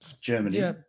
Germany